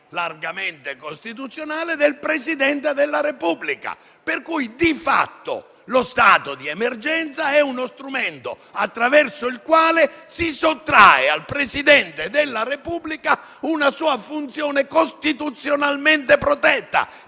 largamente costituzionale del Presidente della Repubblica. Di fatto, lo stato di emergenza è uno strumento attraverso il quale si sottrae al Presidente della Repubblica una sua funzione costituzionalmente protetta,